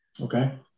okay